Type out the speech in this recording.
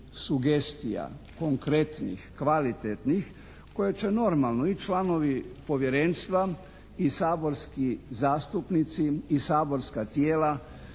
sugestija, konkretnih, kvalitetnih koje će normalno i članovi povjerenstva i saborski zastupnici i saborska tijela